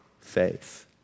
faith